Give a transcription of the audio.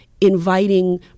inviting